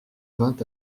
vint